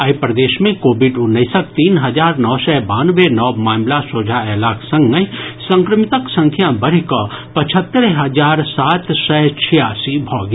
आइ प्रदेश मे कोविड उन्नैसक तीन हजार नओ सय बानवे नव मामिला सोझा अयलाक संगहि संक्रमितक संख्या बढ़िकऽ पचहत्तरि हजार सात सय छियासी भऽ गेल